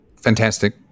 fantastic